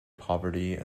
poverty